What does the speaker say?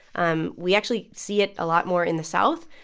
um we actually see it a lot more in the south.